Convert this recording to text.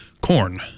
corn